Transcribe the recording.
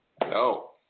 No